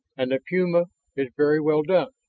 and the puma is very well done.